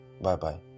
Bye-bye